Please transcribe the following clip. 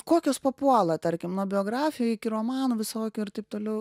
kokios papuola tarkim nuo biografijų iki romanų visokių ir taip toliau